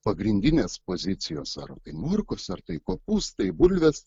pagrindinės pozicijos ar tai morkos ar tai kopūstai bulvės